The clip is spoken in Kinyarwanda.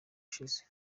ushize